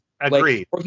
Agreed